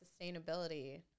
sustainability